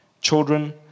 Children